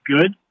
good